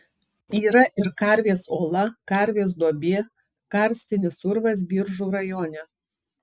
yra ir karvės ola karvės duobė karstinis urvas biržų rajone